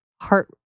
Heart